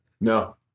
No